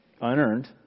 unearned